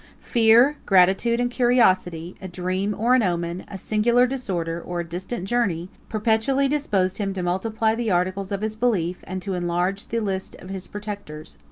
fear, gratitude, and curiosity, a dream or an omen, a singular disorder, or a distant journey, perpetually disposed him to multiply the articles of his belief, and to enlarge the list of his protectors.